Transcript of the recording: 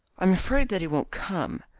i'm afraid that he won't come,